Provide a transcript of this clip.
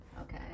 Okay